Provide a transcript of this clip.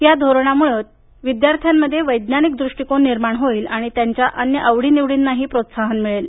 या धोरणामुळं त्यांच्यामध्ये वैज्ञानिक दृष्टीकोन निर्माण होईल आणि त्यांच्या अन्य आवडीनिवडींना प्रोत्साहन देईल